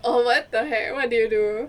oh what the heck what did you do